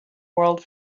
world